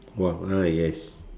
ah yes